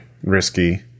risky